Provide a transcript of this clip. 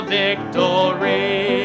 victory